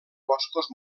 boscos